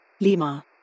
Lima